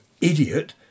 idiot